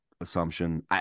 assumption